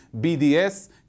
BDS